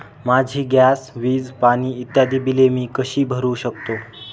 माझी गॅस, वीज, पाणी इत्यादि बिले मी कशी भरु शकतो?